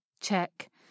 Check